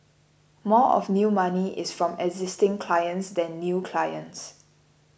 more of new money is from existing clients than new clients